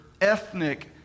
ethnic